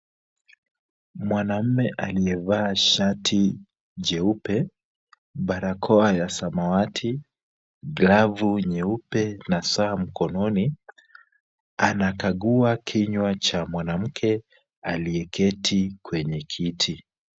Mwanamme aliyevaa shati jeupe, barakoa ya samawati, glavu nyeupe na saa mkononi, anakagua kinywa cha mwanamke aliyeketi kwenye kiti.